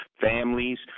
families